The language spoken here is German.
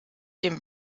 dem